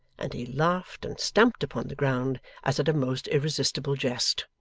and he laughed and stamped upon the ground as at a most irresistible jest.